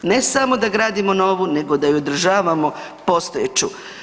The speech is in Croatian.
Ne samo da gradimo novu, nego da i održavamo postojeću.